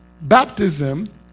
baptism